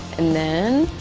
and then,